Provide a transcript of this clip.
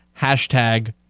hashtag